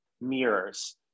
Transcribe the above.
mirrors